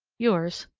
yours,